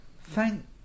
thank